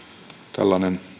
tällainen